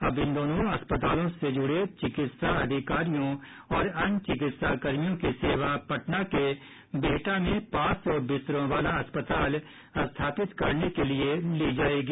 अब इन दोनों अस्पतालों से जुड़े चिकित्सा अधिकारियों और अन्य चिकित्सा कर्मियों की सेवा पटना के बिहटा में पांच सौ बिस्तरों वाला अस्पताल स्थापित करने के लिए ली जाएगी